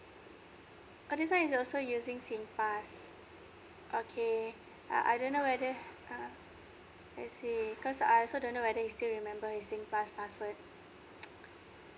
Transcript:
oh this one is also using sing pass okay uh I don't know whether ah I see cause I also don't know whether he still remember his sing pass password